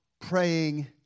praying